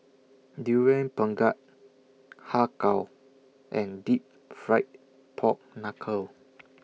Durian Pengat Har Kow and Deep Fried Pork Knuckle